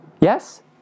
Yes